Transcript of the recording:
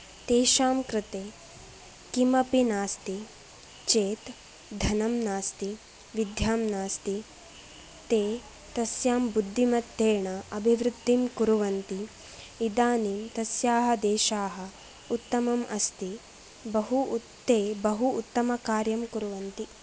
तेषां कृते किमपि नास्ति चेत् धनं नास्ति विद्या नास्ति ते तस्यां बुद्धिमत्तेण अभिवृद्धिं कुर्वन्ति इदानीं तस्याः देशाः उत्तमम् अस्ति बहु उत्तमेन बहु उत्तमकार्यं कुर्वन्ति